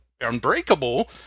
unbreakable